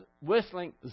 whistling